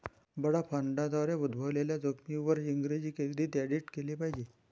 बडा फंडांद्वारे उद्भवलेल्या जोखमींवर इंग्रजी केंद्रित ऑडिट केले पाहिजे